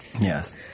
Yes